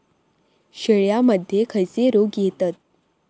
शेळ्यामध्ये खैचे रोग येतत?